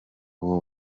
ubu